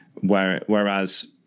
Whereas